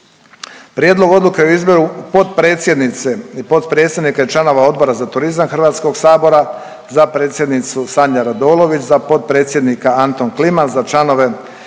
Prijedlog odluke o izboru potpredsjednice i potpredsjednika i članova Odbora za turizam HS-a, za predsjednica Sanja Radolović, za potpredsjednika Anton Kliman, za članove Ivan